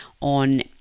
on